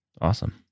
Awesome